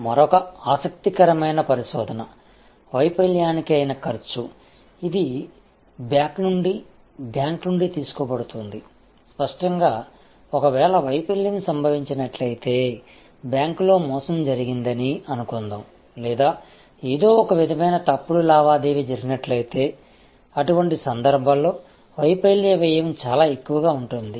మరొక ఆసక్తికరమైన పరిశోధన వైఫల్యానికి అయిన ఖర్చు ఇది ఇది బ్యాంక్ నుండి తీసుకోబడింది స్పష్టంగా ఒకవేళ వైఫల్యం సంభవించినట్లయితే బ్యాంకులో మోసం జరిగిందని అనుకుందాం లేదా ఏదో ఒకవిధమైన తప్పుడు లావాదేవీ జరిగినట్లయితే అటువంటి సందర్భాల్లో వైఫల్య వ్యయం చాలా ఎక్కువగా ఉంటుంది